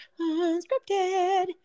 unscripted